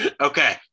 Okay